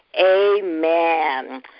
Amen